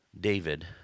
David